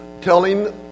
telling